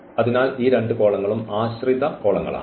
അതിനാൽ ഈ രണ്ട് കോളങ്ങളും ആശ്രിത കോളങ്ങൾ ആണ്